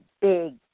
big